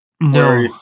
No